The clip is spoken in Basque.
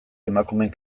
emakumeen